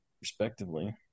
respectively